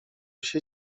się